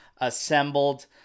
assembled